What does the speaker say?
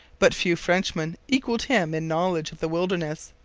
but few frenchmen equalled him in knowledge of the wilderness,